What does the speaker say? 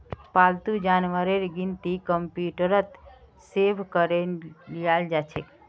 पालतू जानवरेर गिनती कंप्यूटरत सेभ करे लियाल जाछेक